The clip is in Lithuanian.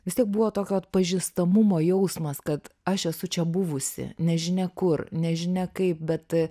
vis tiek buvo tokio atpažįstamumo jausmas kad aš esu čia buvusi nežinia kur nežinia kaip bet